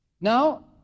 Now